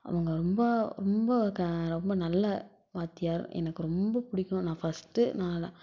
அவங்க ரொம்ப ரொம்ப ரொம்ப நல்ல வாத்தியார் எனக்கு ரொம்ப பிடிக்கும் நான் ஃபஸ்ட்டு நான்